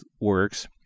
works